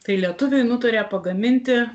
tai lietuviai nutarė pagaminti